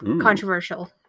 Controversial